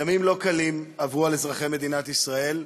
ימים לא קלים עברו על אזרחי מדינת ישראל,